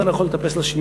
אתה לא יכול לטפס לשנייה,